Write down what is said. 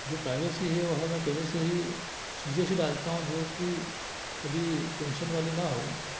जो प्राइवेसी है वह हमें पहले से ही चीज़ें ऐसी डालता हूँ जो कि कभी टेंशन वाली न हो